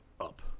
up